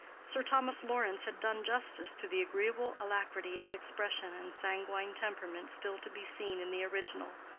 sir thomas lawrence had done justice to the agreeable alacrity of expression and sanguine temperament still to be seen in the original,